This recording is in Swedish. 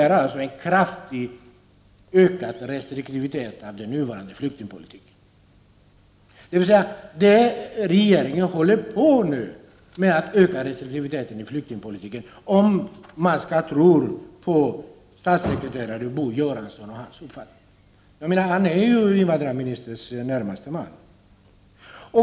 Regeringen håller alltså nu på med att öka restriktiviteten i flyktingpolitiken, om man skall tro på statssekreterare Bo Göransson — han är ju invandrarministerns närmaste man.